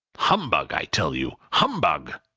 humbug, i tell you! humbug!